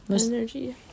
Energy